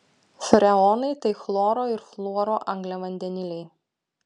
freonai tai chloro ir fluoro angliavandeniliai